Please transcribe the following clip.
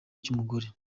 cy’umugore